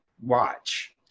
watch